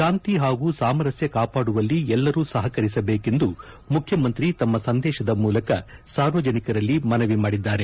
ಶಾಂತಿ ಹಾಗೂ ಸಾಮರಸ್ಯ ಕಾಪಾಡುವಲ್ಲಿ ಎಲ್ಲರೂ ಸಹಕರಿಸಬೇಕೆಂದು ಮುಖ್ಯಮಂತ್ರಿ ತಮ್ಮ ಸಂದೇಶದ ಮೂಲಕ ಸಾರ್ವಜನಿಕರಲ್ಲಿ ಮನವಿ ಮಾಡಿದ್ದಾರೆ